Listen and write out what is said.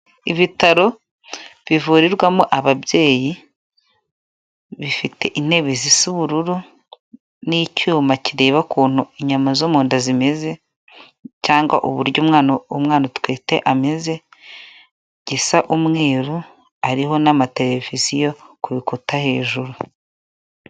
Ibitaro bivurirwamo ababyeyi, bifite intebe zisa ubururu n'icyuma kireba ukuntu inyama zo mu nda zimeze cyangwa uburyo umwana utwite ameze, gisa umweru hariho n'amateleviziyo ku rukuta hejuru.